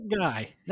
guy